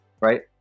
right